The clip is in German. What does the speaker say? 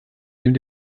neben